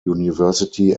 university